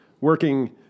working